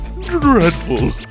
dreadful